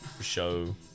show